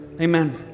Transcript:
Amen